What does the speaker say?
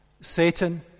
Satan